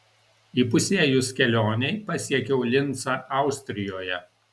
įpusėjus kelionei pasiekiau lincą austrijoje